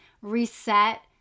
reset